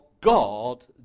God